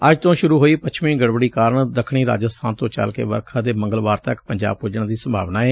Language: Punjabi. ਅੱਜ ਤੋਂ ਸੂਰੁ ਹੋਈ ਪੱਛਮੀ ਗੜਬੜੀ ਕਾਰਨ ਦੱਖਣੀ ਰਾਜਸਬਾਨ ਤੋਂ ਚਲ ਕੇ ਵਰਖਾ ਦੇ ਮੰਗਲਵਾਰ ਤੱਕ ਪੰਜਾਬ ਪੁੱਜਣ ਦੀ ਸੰਭਾਵਨਾ ਏ